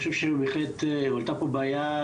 אני חושב שבהחלט היתה פה בעיה,